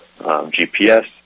GPS